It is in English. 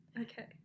okay